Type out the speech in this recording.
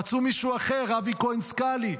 רצו מישהו אחר, אבי כהן סקלי.